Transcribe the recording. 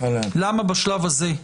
למה בשלב הזה,